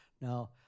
Now